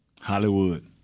Hollywood